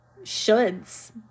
shoulds